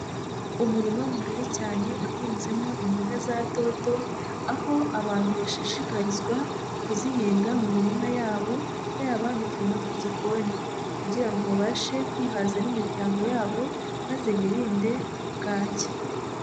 Umurima mugari cyane uhinzemo imboga za dodo, aho abantu bashishikarizwa kuzihinga mu mirima yabo, yaba n'uturima tw'igikoni. Kugira ngo babashe kwihaza n'imiryango yabo maze birinde bwaki.